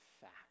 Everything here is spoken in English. fact